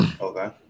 Okay